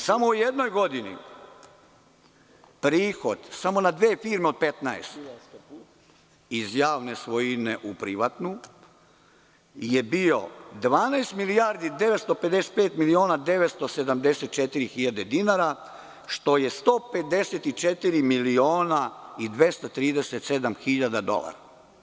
Samo u jednoj godini prihod, samo na dve firme od 15, iz javne svojine u privatnu je bio 12.955.974.000 dinara, što je 154.237.000 dolara.